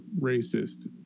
racist